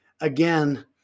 again